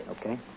Okay